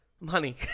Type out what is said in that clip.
Money